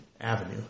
avenue